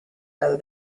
rather